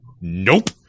Nope